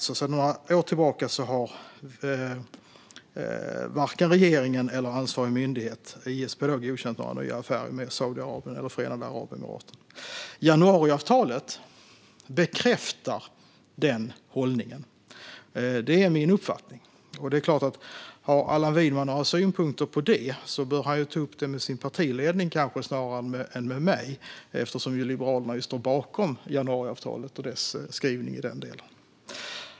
Sedan några år tillbaka har dock alltså varken regeringen eller ansvarig myndighet, ISP, godkänt några nya affärer med Saudiarabien eller Förenade Arabemiraten. Januariavtalet bekräftar den hållningen. Det är min uppfattning. Har Allan Widman några synpunkter på det bör han kanske snarare ta upp det med sin partiledning än med mig, eftersom Liberalerna ju står bakom januariavtalet och dess skrivning i den delen.